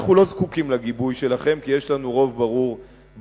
אנחנו לא זקוקים לגיבוי שלכם כי יש לנו רוב ברור בכנסת,